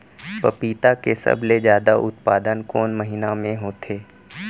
पपीता के सबले जादा उत्पादन कोन महीना में होथे?